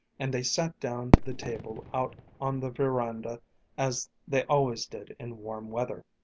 and they sat down to the table out on the veranda as they always did in warm weather.